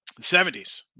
70s